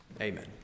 Amen